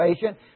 patient